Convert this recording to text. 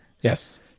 Yes